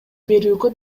берүүгө